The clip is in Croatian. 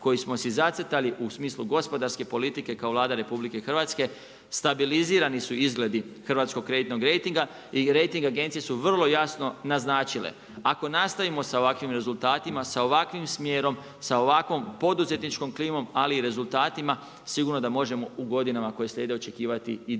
koji smo si zacrtali u smislu gospodarske politike kao Vlada RH, stabilizirani su izgledi hrvatskog kreditnog rejtinga i rejting agencije su vrlo jasno naznačile. Ako nastavimo sa ovakvim rezultatima, sa ovakvim smjerom, sa ovakvom poduzetničkom klimom, ali i rezultatima, sigurno da možemo u godinama koje slijede očekivati i daljnje